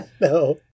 No